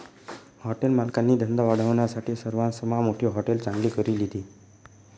hotel मालकनी धंदा वाढावानासाठे सरवासमा मोठी हाटेल चांगली करी लिधी